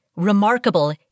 remarkable